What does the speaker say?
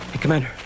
Commander